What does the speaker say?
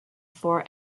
four